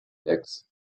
sechs